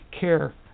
care